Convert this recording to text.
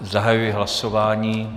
Zahajuji hlasování.